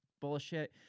bullshit